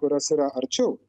kurios yra arčiau